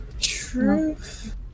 Truth